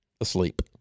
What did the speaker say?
asleep